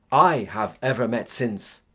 i have ever met since.